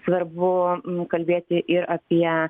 svarbu kalbėti ir apie